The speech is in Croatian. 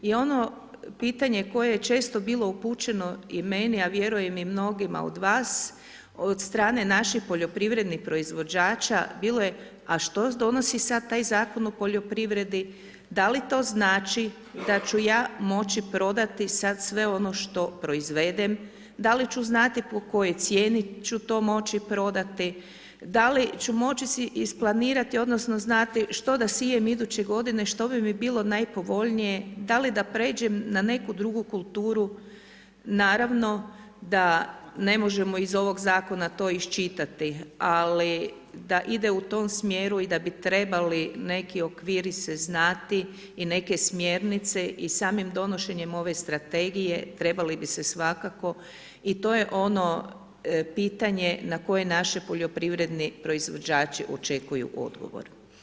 I ono pitanje koje je često bilo upućeno i meni a vjerujem i mnogima od vas od strane naših poljoprivrednih proizvođača bilo je a što donosi sad taj Zakon o poljoprivredi, da li to znači da ću ja moći prodati sad sve ono što proizvedem, da li ću znati po kojoj cijeni ću to moći prodati, da li ću moći si isplanirati odnosno znati što da sijem iduće godine, što bi mi bilo najpovoljnije, da li da pređem na neku drugu kulturu, naravno da ne možemo iz tog zakona to iščitati ali da ide u tom smjeru i da bi trebali neki okviri se znati i neke smjernice i samim donošenjem ove Strategije trebali bi se svakako i to je ono pitanje na koje naši poljoprivredni proizvođači očekuju odgovor.